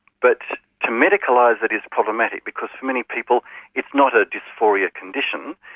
but to medicalise it is problematic, because for many people it's not a dysphoria condition,